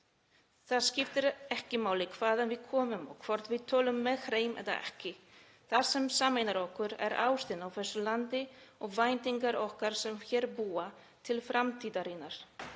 Það skiptir ekki máli hvaðan við komum og hvort við tölum með hreim eða ekki, það sem sameinar okkur er ástin á þessu landi og væntingar okkar sem hér búa til framtíðarinnar.